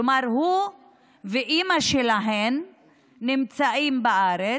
כלומר הוא ואימא שלהן נמצאים בארץ.